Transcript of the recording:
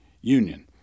Union